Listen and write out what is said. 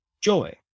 joy